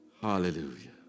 Hallelujah